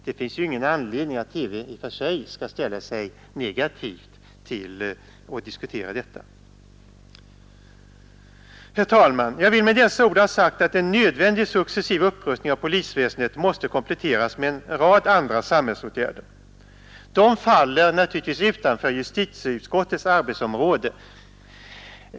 Det finns ju ingen anledning att tro att TV i och för sig skall ställa sig negativ till att diskutera detta. Herr talman! Jag vill med dessa ord ha sagt att en nödvändig successiv upprustning av polisväsendet måste kompletteras med en rad andra samhällsåtgärder. De faller naturligtvis utanför justitieutskottets arbetsområde.